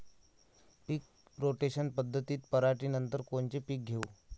पीक rotation पद्धतीत पराटीनंतर कोनचे पीक घेऊ?